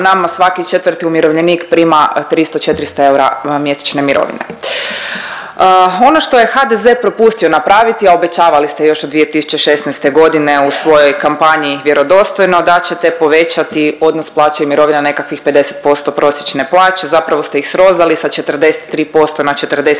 nama svaki četvrti umirovljenik prima 300, 400 eura mjesečne mirovine. Ono što je HDZ propustio napraviti, a obećavali ste još od 2016.g. u svojoj kampanji Vjerodostojno da ćete povećati odnos plaća i mirovina nekakvih 50% prosječne plaće, zapravo ste ih srozali sa 43% na 41%.